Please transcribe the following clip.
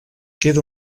queda